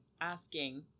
asking